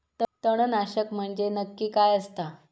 तणनाशक म्हंजे नक्की काय असता?